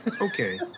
Okay